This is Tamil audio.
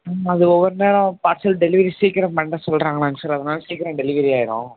ம் அது ஒவ்வொரு நேரம் பார்சல் டெலிவரி சீக்கிரம் பண்ண சொல்றாங்களாங்க சார் அதனால் சீக்கிரம் டெலிவரி ஆயிடும்